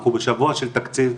אנחנו בשבוע של תקציב,